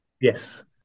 Yes